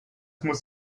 muss